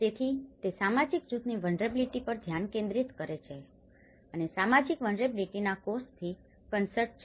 તેથી તે સામાજિક જૂથની વલ્નરેબીલીટી પર ધ્યાન કેન્દ્રિત કરે છે અને સામાજિક વલ્નરેબીલીટી ના કોઝથી કન્સર્નડ છે